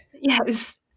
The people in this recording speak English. Yes